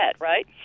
right